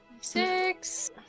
Six